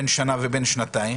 אחד בן שנה והשני בן שנתיים,